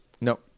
no